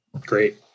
Great